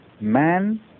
Man